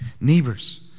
neighbors